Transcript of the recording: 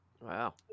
Wow